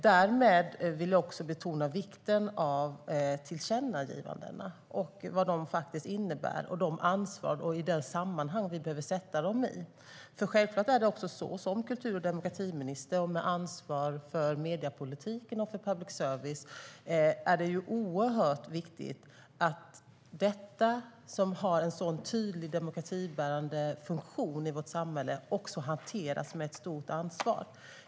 Därmed vill jag också betona vikten av tillkännagivandena och vad de faktiskt innebär, vilket ansvar vi har och vilket sammanhang vi behöver sätta dem i. Självklart är det också oerhört viktigt att jag som demokrati och kulturminister ser till att mediepolitiken och public service, som har en sådan tydlig demokratibärande funktion i vårt samhälle, hanteras med ett stort ansvar.